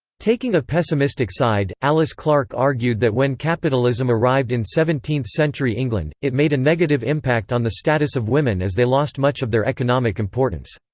taking a pessimistic side, alice clark argued that when capitalism arrived in seventeenth century england, it made a negative impact on the status of women as they lost much of their economic importance.